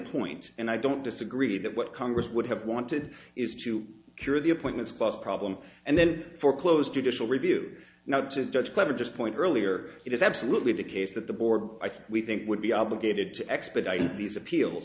point and i don't disagree that what congress would have wanted is to cure the appointments plus problem and then foreclose judicial review not to judge clever just point earlier it is absolutely the case that the board i think we think would be obligated to expedite these appeal